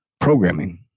programming